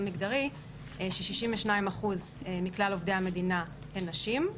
מגדרי ש-62% מכלל עובדי המדינה הן נשים.